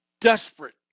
desperate